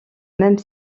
même